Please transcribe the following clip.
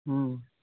ହଁ